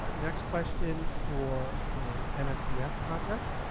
ah next question for the nsdf project.